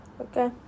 Okay